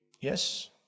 Yes